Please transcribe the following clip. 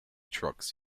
trucks